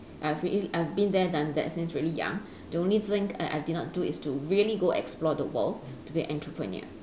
I've really I've been there done that since really young the only thing I I did not do is to really go explore the world to be entrepreneur